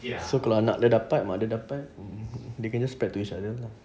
so kalau anak dia dapat mak dia dapat they can just spread to each other lah